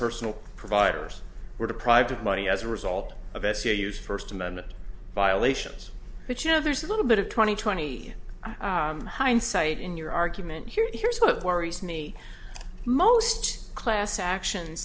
personal providers were deprived of money as a result of s o u first amendment violations but you know there's a little bit of twenty twenty hindsight in your argument here and here's what worries me most class action